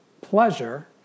pleasure